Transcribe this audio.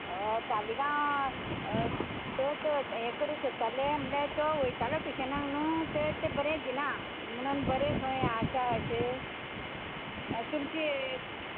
हय तालीगांव थंय ते हे करूंक सोदतालें म्हळ्यार तो वयतालो टूशनाक न्हूं थंय तें बरें दिना म्हुणुण बरें खंय आसा अशें तुमचे